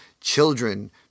Children